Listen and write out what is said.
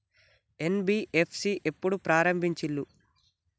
NBFC ఎప్పుడు ప్రారంభించిల్లు?